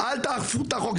אל תאכפו את החוק,